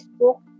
Facebook